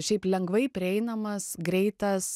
šiaip lengvai prieinamas greitas